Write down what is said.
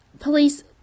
Police